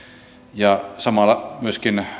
ja samalla on tärkeää myöskin